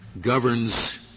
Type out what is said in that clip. governs